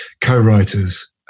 co-writers